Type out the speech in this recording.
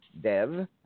Dev